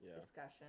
discussion